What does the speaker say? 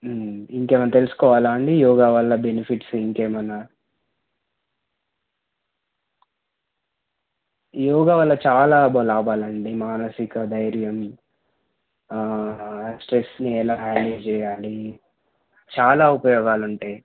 ఇంకేమన్నా తెలుసుకోవాలా అండి యోగా వల్ల బెనిఫిట్స్ ఇంకేమన్నా యోగా వల్ల చాలా లాభాలండి మానసిక ధైర్యం స్ట్రెస్ని ఎలా హ్యాండిల్ చేయాలి చాలా ఉపయోగాలు ఉంటాయి